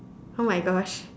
oh-my-Gosh